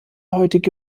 heutige